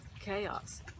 chaos